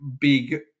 big